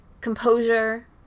composure